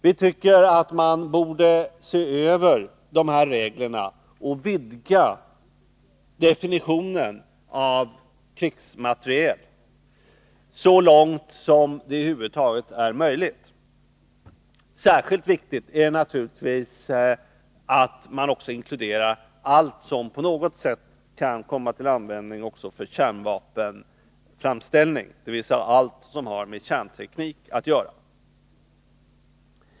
Vi tycker att man borde se över reglerna och vidga definitionen av begreppet krigsmateriel så mycket som det över huvud taget är möjligt. Särskilt viktigt är det naturligtvis att man inkluderar allt som på något sätt kan komma till användning också för kärnvapenframställning, dvs. allt som har med kärnvapenteknologi att göra.